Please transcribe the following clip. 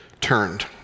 turned